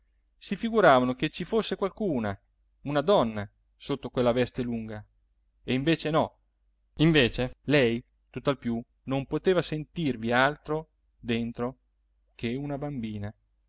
si figuravano che ci fosse qualcuna una donna sotto quella veste lunga e invece no invece lei tutt'al più non poteva sentirvi altro dentro che una bambina